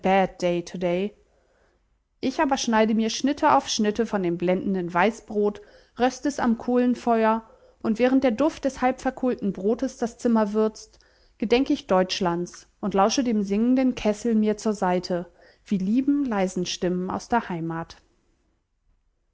ich aber schneide mir schnitte auf schnitte von dem blendenden weißbrot röst es am kohlenfeuer und während der duft des halbverkohlten brotes das zimmer würzt gedenk ich deutschlands und lausche dem singenden kessel mir zur seite wie lieben leisen stimmen aus der heimat